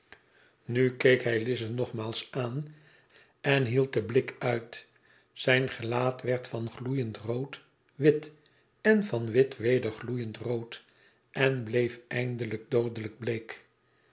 nu keek hij lize nogmaals aan en hield den blik uit zijn gelaat werd van gloeiend rood wit en van wit weder gloeiend rood en bleef eindelijk doodelijk bleek